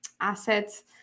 assets